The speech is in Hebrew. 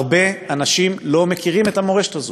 הרבה אנשים לא מכירים את המורשת הזאת.